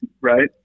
Right